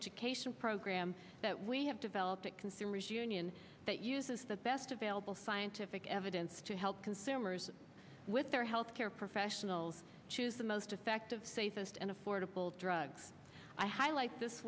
education program that we have developed that can that uses the best available scientific evidence to help consumers with their health care professionals choose the most effective safest and affordable drugs i highlight this